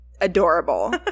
adorable